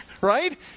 right